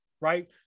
right